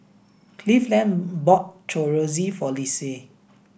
Cleveland bought Chorizo for Lissie